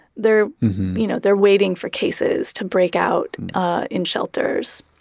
they're you know they're waiting for cases to break out in shelters.